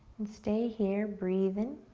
and stay here, breathin'.